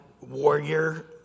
warrior